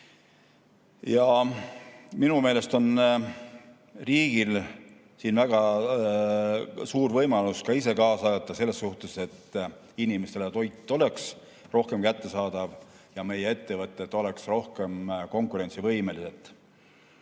Minu meelest on riigil siin väga suur võimalus ise kaasa aidata sellele, et inimestele oleks toit rohkem kättesaadav ja meie ettevõtted oleksid rohkem konkurentsivõimelised.